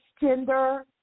gender